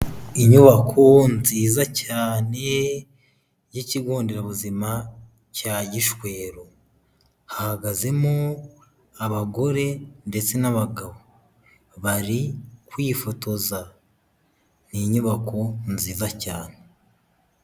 Inyubako nziza cyane y'ikigo nderabuzima cya Gishweru, hahagazemo abagore ndetse n'abagabo, bari kwifotoza, ni inyubako nziza cyane.